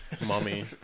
Mummy